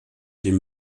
dem